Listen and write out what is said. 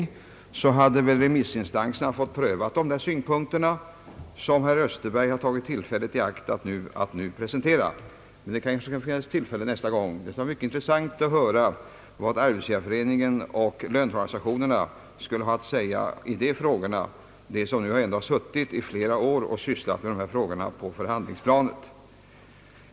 I så fall hade remissinstanserna fått pröva de synpunkter, som herr Österdahl tagit tillfället i akt att nu presentera. Det kanske kan finnas tillfälle härtill en annan gång. Det skulle vara intressant att höra, vad Arbetsgivareföreningen och löntagarorganisationerna skulle ha att säga i dessa frågor. Dessa organisationer har ju ändå i flera år sysslat med de spörsmål det gällde på förhandlingsplanet.